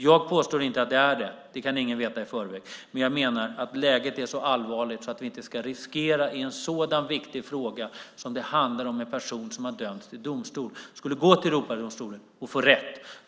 Jag påstår inte att det är det - det kan ingen veta i förväg - men jag menar att läget är så allvarligt att vi inte ska riskera att i en sådan viktig fråga där en person som har dömts i domstol skulle gå till Europadomstolen och få rätt.